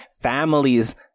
Families